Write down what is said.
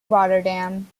rotterdam